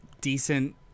decent